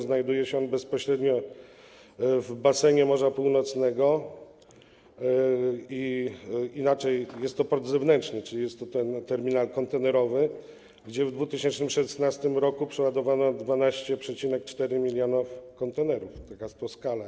Znajduje się on bezpośrednio w basenie Morza Północnego, inaczej jest to port zewnętrzny, czyli jest to terminal kontenerowy, gdzie w 2016 r. przeładowano 12,4 mln kontenerów, taka to jest skala.